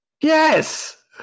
Yes